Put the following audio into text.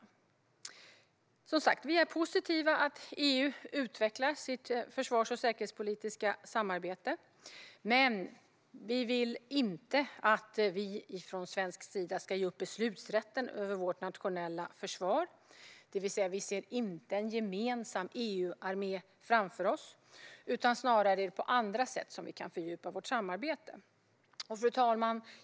Vi är som sagt positiva till att EU utvecklar sitt försvars och säkerhetspolitiska samarbete, men vi vill inte att vi från svensk sida ska ge upp beslutsrätten över vårt nationella försvar. Vi ser alltså inte en gemensam EU-armé framför oss, utan det är snarare på andra sätt som vi kan fördjupa vårt samarbete.